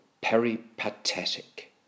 Peripatetic